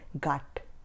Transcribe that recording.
gut